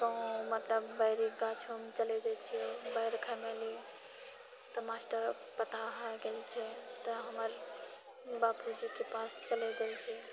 मतलब बैरिके गाछोमे चलि जाइत छियै बैर खाय लियै तऽ मास्टरके पता भए गेल छै तऽ हमर बाबूजीके पास चलि गेल छै